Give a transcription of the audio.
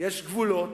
יש גבולות,